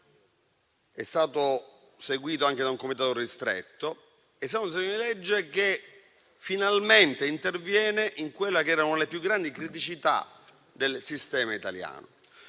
è stato seguito anche da un comitato ristretto. Si tratta di un disegno di legge che finalmente interviene su quella che era una tra le più grandi criticità del sistema italiano,